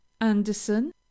anderson